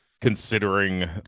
considering